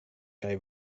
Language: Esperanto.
kaj